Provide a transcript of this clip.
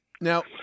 Now